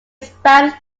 spanned